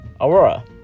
Aurora